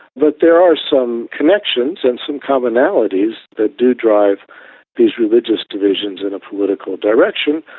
but there are some connections and some commonalities that do drive these religious divisions in a political direction,